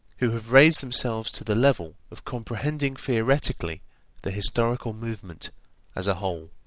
who have raised themselves to the level of comprehending theoretically the historical movement as a whole.